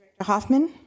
Hoffman